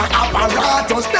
apparatus